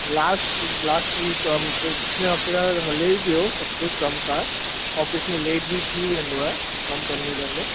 last last week पिछिले हफ़्ते खां ह हले ई पियो सभु कमकारु ऑफ़िस में लेट बि थी वेंदो आहे कमु कंदे कंदे